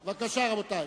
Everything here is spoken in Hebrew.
בבקשה, רבותי.